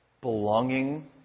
belonging